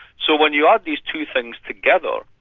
so when you add these two things together,